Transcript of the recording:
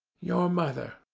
your mother.